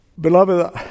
Beloved